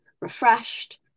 refreshed